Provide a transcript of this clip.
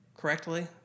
correctly